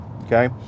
Okay